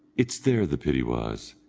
it's there the pity was,